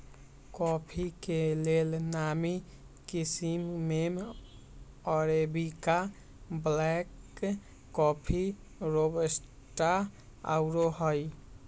coffee के लेल नामी किशिम में अरेबिका, ब्लैक कॉफ़ी, रोबस्टा आउरो हइ